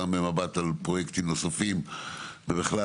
גם במבט על פרויקטים נוספים ובכלל,